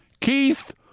Keith